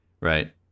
right